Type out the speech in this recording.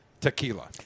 tequila